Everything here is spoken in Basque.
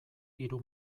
hiru